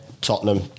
Tottenham